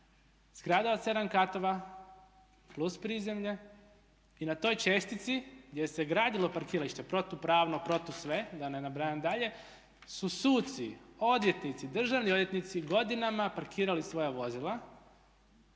Zgrada od 7 katova plus prizemlje. I na toj čestici gdje se gradilo parkiralište protu pravno, protu sve, da ne nabrajam dalje, su suci, odvjetnici, državni odvjetnici godinama parkirali svoja vozila,